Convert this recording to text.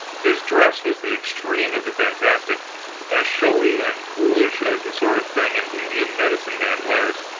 his dress was the extreme of the fantastic as showy and foolish as the sort of thing an indian medicine-man wears.